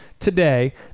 Today